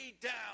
down